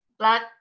Black